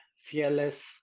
fearless